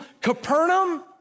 Capernaum